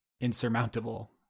insurmountable